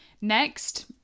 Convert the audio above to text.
Next